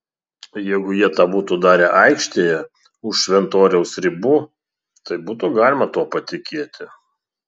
jeigu jie tą būtų darę aikštėje už šventoriaus ribų tai būtų galima tuo patikėti